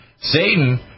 Satan